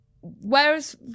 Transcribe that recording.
whereas